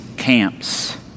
Camps